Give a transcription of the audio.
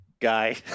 Guy